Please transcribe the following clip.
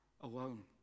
alone